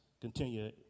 continue